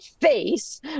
face